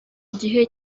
gihe